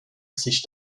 sich